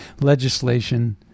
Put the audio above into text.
legislation